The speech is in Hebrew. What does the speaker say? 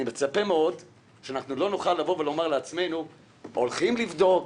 אני מצפה מאוד שלא נוכל לומר לעצמנו: הולכים לבדוק,